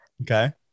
okay